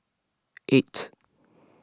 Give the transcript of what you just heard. eight